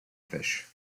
fish